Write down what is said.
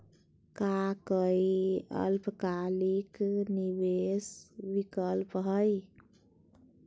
का काई अल्पकालिक निवेस विकल्प हई?